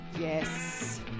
Yes